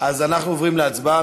אז אנחנו עוברים להצבעה.